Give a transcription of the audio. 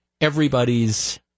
Everybody's